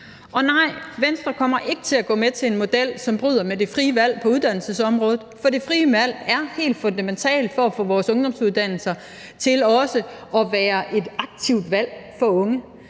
Og nej: Venstre kommer ikke til at gå med til en model, som bryder med det frie valg på uddannelsesområdet. For det frie valg er helt fundamentalt for at få vores ungdomsuddannelser til også at være et aktivt valg for unge.